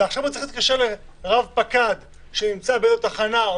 ועכשיו הוא צריך להתקשר לרב פקד שנמצא בתחנה או